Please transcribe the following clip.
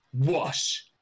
wash